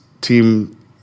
team